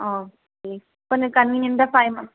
சரி கொஞ்சம் கன்வீனியண்டாக டையம்